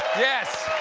yes,